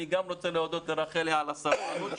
אני גם רוצה להודות לרחלי על הסבלנות,